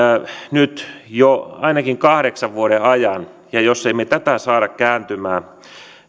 nyt jo ainakin kahdeksan vuoden ajan ja jos me emme tätä saa